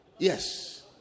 Yes